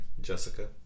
Jessica